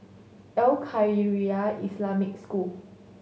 Al Khairiah Islamic School